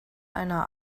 einer